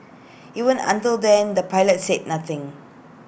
even until then the pilots said nothing